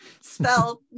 spell